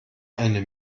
eine